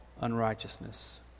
unrighteousness